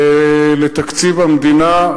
לתקציב המדינה,